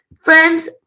Friends